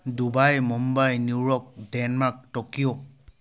Dubai Mumbai New York Denmark Tokyo